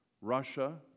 Russia